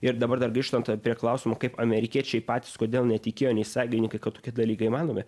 ir dabar dar grįžtant prie klausimo kaip amerikiečiai patys kodėl netikėjo nei sąjungininkai kad tokie dalykai įmanomi